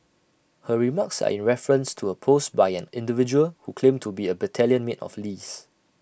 her remarks are in reference to A post by an individual who claimed to be A battalion mate of Lee's